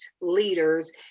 leaders